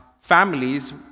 families